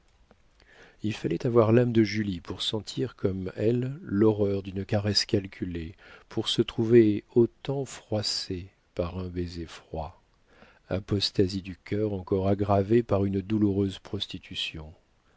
il fallait avoir l'âme de julie pour sentir comme elle l'horreur d'une caresse calculée pour se trouver autant froissée par un baiser froid apostasie du cœur encore aggravée par une douloureuse prostitution